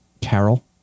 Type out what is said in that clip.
Carol